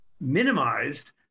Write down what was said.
minimized